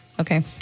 Okay